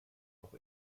auch